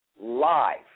live